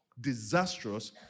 disastrous